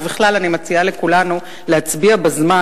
ובכלל אני מציעה לכולנו להצביע בזמן,